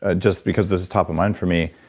ah just because this top of mind for me,